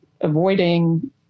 avoiding